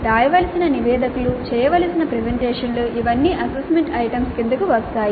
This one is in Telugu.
రాయవలసిన నివేదికలు చేయవలసిన ప్రెజెంటేషన్లు ఇవన్నీ అసెస్మెంట్ ఐటమ్స్ కిందకు వస్తాయి